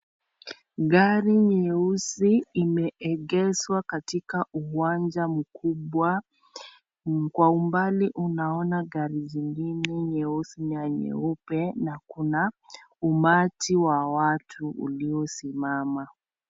Gari nyeusi imeegeshwa katika uwanja mkubwa. Kwa umbali unaona gari zingine nyeusi na nyeupe na kuna umati wa watu uliosimama.